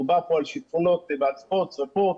דובר פה על שיטפונות, הצפות, שריפות,